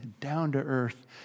down-to-earth